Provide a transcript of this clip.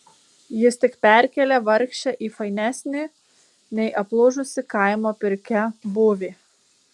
jis tik perkėlė vargšę į fainesnį nei aplūžusi kaimo pirkia būvį